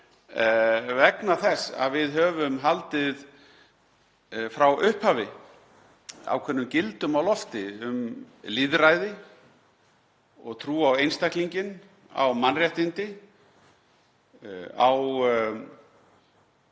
vegna þess að við höfum frá upphafi haldið ákveðnum gildum á lofti um lýðræði og trú á einstaklinginn, á mannréttindi, á